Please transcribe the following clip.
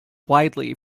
widely